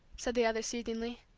said the other, soothingly.